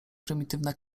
prymitywne